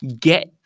Get